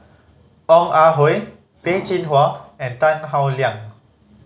Ong Ah Hoi Peh Chin Hua and Tan Howe Liang